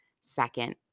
second